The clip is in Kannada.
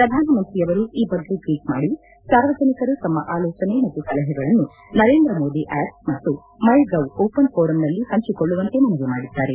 ಶ್ರಧಾನಮಂತ್ರಿಯವರು ಈ ಬಗ್ಗೆ ಟ್ವೀಟ್ ಮಾಡಿ ಸಾರ್ವಜನಿಕರು ತಮ್ಮ ಆಲೋಚನೆ ಮತ್ತು ಸಲಹೆಗಳನ್ನು ನರೇಂದ್ರ ಮೋದಿ ಆಪ್ ಮತ್ತು ಮೈ ಗೌ ಓಪನ್ ಫೋರಂನಲ್ಲಿ ಹಂಚಿಕೊಳ್ಳುವಂತೆ ಮನವಿ ಮಾಡಿದ್ದಾರೆ